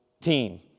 team